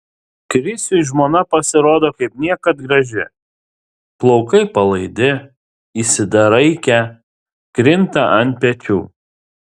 krisiui žmona pasirodo kaip niekad graži plaukai palaidi išsidraikę krinta ant pečių